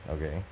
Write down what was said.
okay